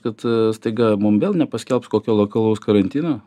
kad staiga mum vėl nepaskelbs kokio lokalaus karantino